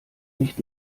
nicht